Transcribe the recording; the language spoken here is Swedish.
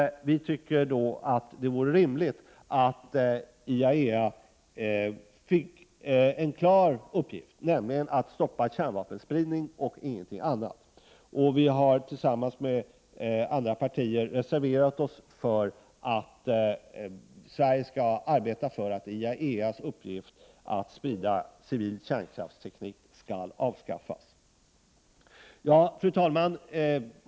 Vi tycker därför att det vore rimligt att IAEA fick en klar uppgift, nämligen att stoppa kärnvapenspridning, ingenting annat. Vi har tillsammans med andra partier reserverat oss för att Sverige skall arbeta för att IAEA:s uppgift att sprida civil kärnkraftsteknik skall avskaffas. Fru talman!